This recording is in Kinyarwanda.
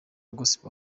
gospel